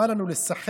בא לנו לשחק